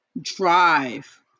drive